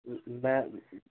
میں